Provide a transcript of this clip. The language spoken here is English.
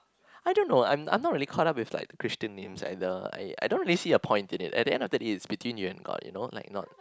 I don't know I'm I'm not really caught up with the Christian name either I I don't really see a point in it at the end of the day is between you and god you know like not